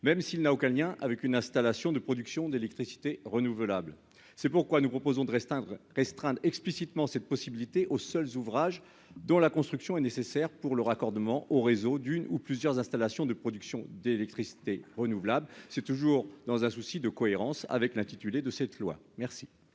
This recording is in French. même s'il n'a aucun lien avec une installation de production d'électricité renouvelable. C'est la raison pour laquelle nous proposons de restreindre explicitement cette possibilité aux seuls ouvrages dont la construction est nécessaire pour le raccordement au réseau d'une ou de plusieurs installations de production d'électricité renouvelable, toujours dans un souci de cohérence avec l'intitulé de ce projet de loi.